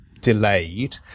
delayed